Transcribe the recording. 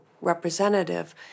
representative